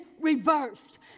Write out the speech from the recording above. reversed